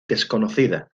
desconocida